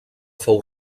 fou